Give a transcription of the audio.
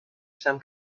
some